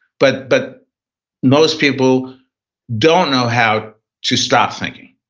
but but most people don't know how to stop thinking.